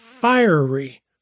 fiery